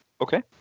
Okay